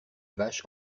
vaches